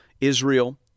Israel